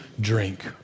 drink